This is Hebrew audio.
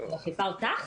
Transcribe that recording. אני מחליפה אותך?